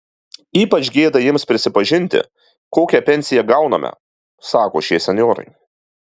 ypač gėda jiems prisipažinti kokią pensiją gauname sako šie senjorai